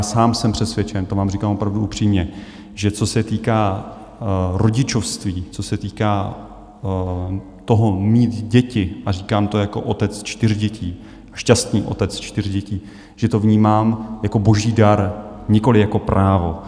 Sám jsem přesvědčen, to vám říkám opravdu upřímně, že co se týká rodičovství, co se týká toho, mít děti, a říkám to jako otec čtyř dětí, šťastný otec čtyř dětí, že to vnímám jako boží dar, nikoliv jako právo.